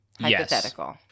Hypothetical